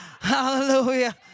Hallelujah